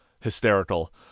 hysterical